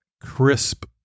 crisp